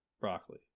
broccoli